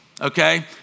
okay